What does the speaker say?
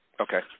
Okay